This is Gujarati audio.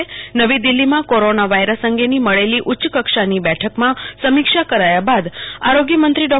મ નવી દીલ્હીમાં કોરોના વાયરસ અંગેની મળેલી ઉચ્ચકક્ષાની બેઠકમાં સમિક્ષા કરાયા બાદ આરોગ્યમંત્રી ડો